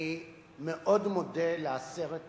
אני מאוד מודה לעשרת